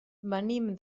venim